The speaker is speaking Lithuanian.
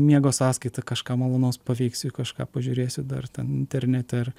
miego sąskaita kažką malonaus paveiksiu kažką pažiūrėsiu dar ten internete ar